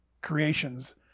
Creations